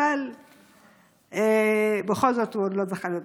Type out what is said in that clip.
אבל בכל זאת הוא עוד לא זכה להיות.